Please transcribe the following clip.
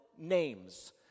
names